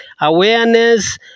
awareness